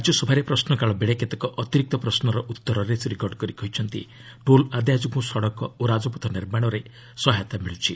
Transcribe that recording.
ରାଜ୍ୟସଭାରେ ପ୍ରଶ୍ରକାଳ ବେଳେ କେତେକ ଅତିରିକ୍ତ ପ୍ରଶ୍ୱର ଉତ୍ତରରେ ଶ୍ରୀ ଗଡ଼କରି କହିଛନ୍ତି ଟୋଲ୍ ଆଦାୟ ଯୋଗୁଁ ସଡ଼କ ଓ ରାଜପଥ ନିର୍ମାଣରେ ସହାୟତ ମିଳ୍ଚିଛି